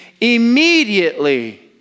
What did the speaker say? immediately